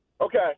Okay